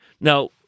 Now